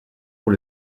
pour